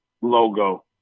logo